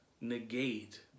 negate